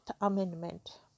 Amendment